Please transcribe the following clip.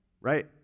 right